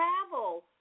travel